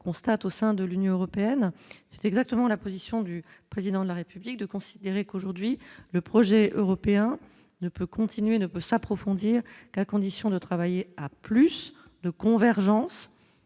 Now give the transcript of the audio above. constate au sein de l'Union européenne, c'est exactement la position du président de la République de considérer qu'aujourd'hui le projet européen ne peut continuer, ne peut s'approfondir qu'à condition de travailler à plus de convergences